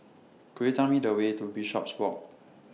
Could YOU Tell Me The Way to Bishopswalk